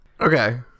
Okay